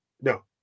No